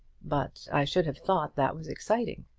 but i should have thought that was exciting.